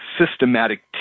systematic